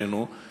שנינו,